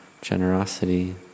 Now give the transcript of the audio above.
generosity